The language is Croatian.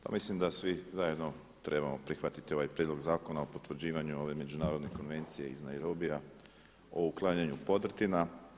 Pa mislim da svi zajedno trebamo prihvatiti ovaj Prijedlog zakona o potvrđivanju ove Međunarodne konvencije iz Nairobija o uklanjanju podrtina.